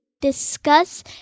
discuss